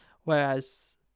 Whereas